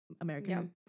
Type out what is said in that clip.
American